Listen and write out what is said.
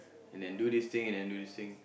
and then do this thing and then do this thing